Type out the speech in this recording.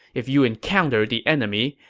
if you encounter the enemy,